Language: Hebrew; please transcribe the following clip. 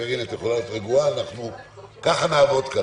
קארין, את יכולה להיות רגועה כי ככה נעבוד כאן.